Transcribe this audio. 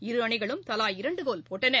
இரு அணிகளும் தலா இரண்டு கோல் போட்டன